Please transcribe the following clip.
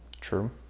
True